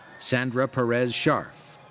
sandra perez scharff.